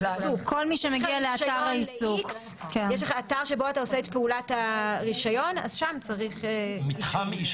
חייב בקבלת האישור ממשטרת ישראל לשם קבלת העובד,